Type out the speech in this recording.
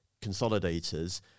consolidators